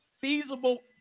feasible –